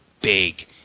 big